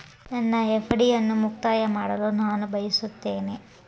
ನನ್ನ ಎಫ್.ಡಿ ಅನ್ನು ಮುಕ್ತಾಯ ಮಾಡಲು ನಾನು ಬಯಸುತ್ತೇನೆ